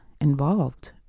involved